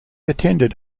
attended